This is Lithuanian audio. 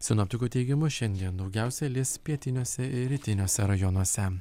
sinoptikų teigimu šiandien daugiausia lis pietiniuose ir rytiniuose rajonuose